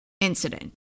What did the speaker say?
incident